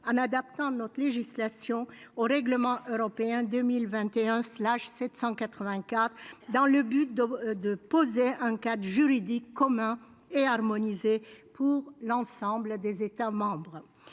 en adaptant notre législation au règlement européen 2021/784, afin de poser un cadre juridique commun et harmonisé pour l'ensemble des États membres.